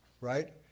right